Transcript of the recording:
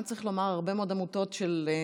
גם צריך לומר: הרבה מאוד עמותות שדואגות